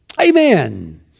amen